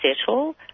settle